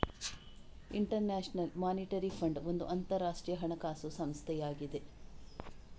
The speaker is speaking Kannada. ಇಂಟರ್ ನ್ಯಾಷನಲ್ ಮಾನಿಟರಿ ಫಂಡ್ ಒಂದು ಅಂತರಾಷ್ಟ್ರೀಯ ಹಣಕಾಸು ಸಂಸ್ಥೆಯಾಗಿದೆ